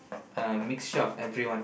a mixture of everyone